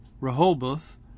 Rehoboth